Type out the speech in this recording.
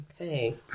okay